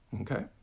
okay